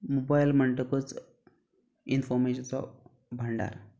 mobile म्हणटकच इनफोमेजीचो भांडार